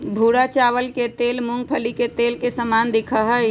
भूरा चावल के तेल मूंगफली के तेल के समान दिखा हई